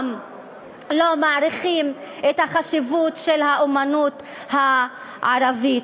מעריכים את החשיבות של האמנות הערבית.